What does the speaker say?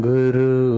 Guru